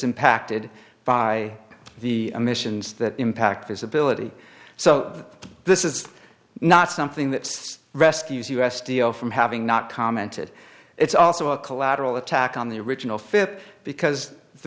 impacted by the emissions that impact his ability so this is not something that's rescues us deal from having not commented it's also a collateral attack on the original fit because the